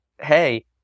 hey